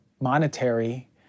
monetary